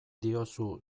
diozu